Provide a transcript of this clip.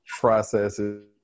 processes